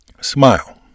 smile